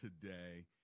today